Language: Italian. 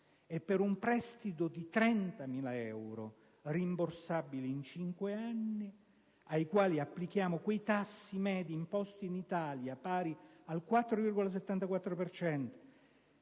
e per un prestito di 30.000 euro rimborsabili in cinque anni (ai quali applichiamo i tassi medi imposti in Italia, pari al 4,74